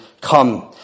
come